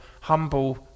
humble